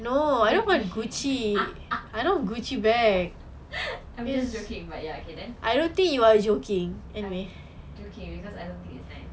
okay I'm just joking okay ya but then I'm joking because I don't think it's nice